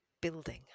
building